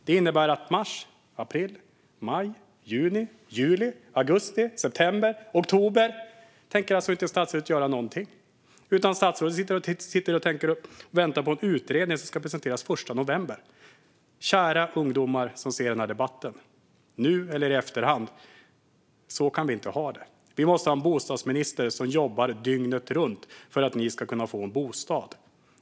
Det innebär att under mars, april, maj, juni, juli, augusti, september och oktober tänker statsrådet inte göra någonting. Statsrådet tänker vänta på en utredning som ska presenteras den 1 november. Kära ungdomar som ser den här debatten, nu eller i efterhand; så kan vi inte ha det. Vi måste ha en bostadsminister som jobbar dygnet runt för att ni ska få en bostad.